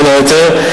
בין היתר,